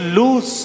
lose